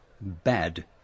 bad